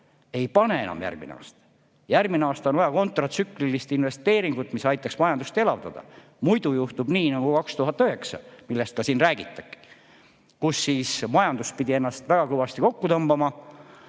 Ei pane enam järgmisel aastal. Järgmine aasta on vaja kontratsüklilist investeeringut, mis aitaks majandust elavdada. Muidu juhtub nii nagu 2009, millest ka siin räägitakse, kui majandus pidi ennast väga kõvasti kokku tõmbama,